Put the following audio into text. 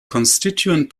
constituent